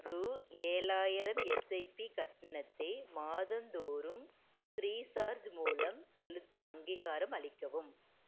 ரூ ஏழாயிரம் எஸ்ஐபி கட்டணத்தை மாதந்தோறும் ஃப்ரீசார்ஜ் மூலம் செலுத்த அங்கீகாரம் அளிக்கவும்